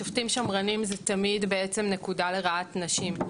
שופטים שמרנים זה תמיד בעצם נקודה לרעת נשים.